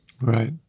Right